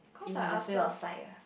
in the field of psych ah